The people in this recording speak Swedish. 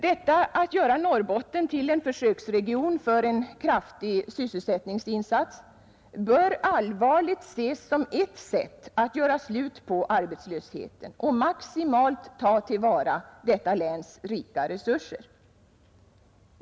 Detta att göra Norrbotten till en försöksregion för en kraftig sysselsättningsinsats bör allvarligt ses som ett sätt att göra slut på arbetslösheten och maximalt ta till vara länets resurser.